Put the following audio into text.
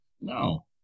No